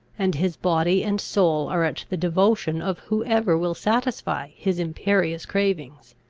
and his body and soul are at the devotion of whoever will satisfy his imperious cravings.